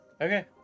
Okay